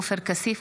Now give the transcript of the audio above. עופר כסיף,